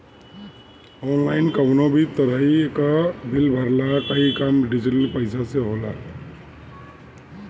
online कवनो भी तरही कअ बिल भरला कअ काम डिजिटल पईसा से होला